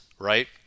Right